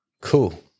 cool